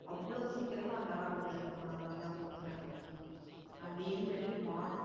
அவ்வளோ சீக்கிரமாக அந்த ஆடு ஓடியாந்துடும் நம்மளை தான் கூப்பிடுறாங்கனு அதேமாதிரி மாடு